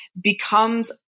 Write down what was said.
becomes